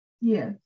yes